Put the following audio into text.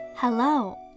Hello